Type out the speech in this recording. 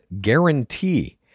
guarantee